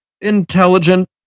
intelligent